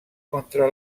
contra